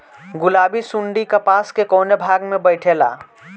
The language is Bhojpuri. गुलाबी सुंडी कपास के कौने भाग में बैठे ला?